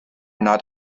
not